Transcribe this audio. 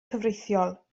cyfreithiol